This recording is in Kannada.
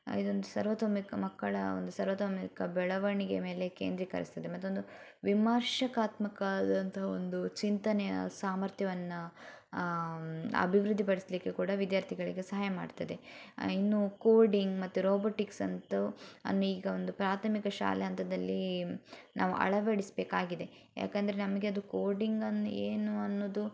ಇದೊಂದು ಸರ್ವತೋಮುಖ ಮಕ್ಕಳ ಒಂದು ಸರ್ವತೋಮುಖ ಬೆಳವಣಿಗೆ ಮೇಲೆ ಕೇಂದ್ರಿಕರಿಸ್ತದೆ ಮತ್ತೊಂದು ವಿಮರ್ಶಕಾತ್ಮಕಾದಂಥ ಒಂದು ಚಿಂತನೆಯ ಸಾಮರ್ಥ್ಯವನ್ನು ಅಭಿವೃದ್ದಿಪಡಿಸಲಿಕ್ಕೆ ಕೂಡ ವಿದ್ಯಾರ್ಥಿಗಳಿಗೆ ಸಹಾಯ ಮಾಡ್ತದೆ ಇನ್ನು ಕೋಡಿಂಗ್ ಮತ್ತು ರೋಬೊಟಿಕ್ಸ್ ಅಂತು ಅನೇಕ ಒಂದು ಪ್ರಾಥಮಿಕ ಶಾಲೆ ಹಂತದಲ್ಲಿ ನಾವು ಅಳವಡಿಸಬೇಕಾಗಿದೆ ಯಾಕಂದ್ರೆ ನಮಗೆ ಅದು ಕೋಡಿಂಗ್ ಅನ್ ಏನು ಅನ್ನುವುದು